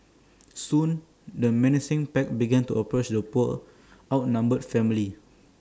soon the menacing pack began to approach the poor outnumbered family